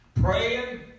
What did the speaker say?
praying